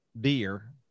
beer